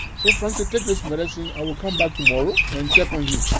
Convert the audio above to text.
so frank said, take this medicine. i will come back tomorrow and check on you.